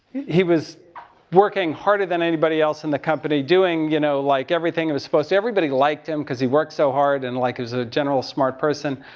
he was working harder than anybody else in the company, doing you know, like, everything he and was supposed to. everybody liked him, because he worked so hard, and like was a general smart person.